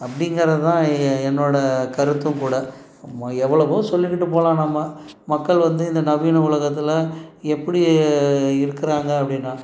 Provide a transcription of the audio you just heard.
அப்படிங்கிறது தான் எ என்னோடய கருத்தும் கூட நம்ம எவ்வளோவோ சொல்லிக்கிட்டு போகலாம் நம்ம மக்கள் வந்து இந்த நவீன உலகத்தில் எப்படி இருக்கிறாங்க அப்படின்னா